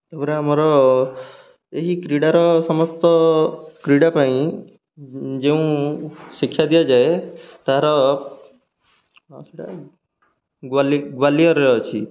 ତା'ପରେ ଆମର ଏହି କ୍ରୀଡ଼ାର ସମସ୍ତ କ୍ରୀଡ଼ା ପାଇଁ ଯେଉଁ ଶିକ୍ଷା ଦିଆଯାଏ ତାହାର କ'ଣ ସେଇଟା ଗ୍ଵାଲିଅର୍ ଗ୍ଵାଲିଅର୍ରେ ଅଛି